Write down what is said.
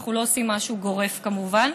אנחנו לא עושים משהו גורף, כמובן.